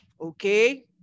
okay